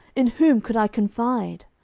in whom could i confide?